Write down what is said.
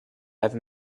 have